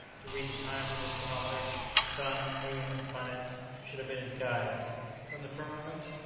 to read the time from his chronometer sun, moon, and planets, should have been his guides from the firmament,